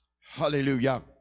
Hallelujah